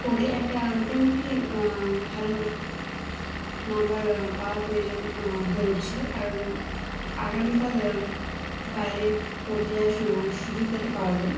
পড়ে একটা মোটামুটি ভালো নম্বর পাওয়ার প্রয়োজন হয়ে উঠেছিলো কারণ আগামীকাল বাইরে পড়তে যাওয়ার সুযোগ যাতে পাওয়া যায়